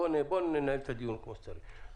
בוא ננהל את הדיון כמו שצריך.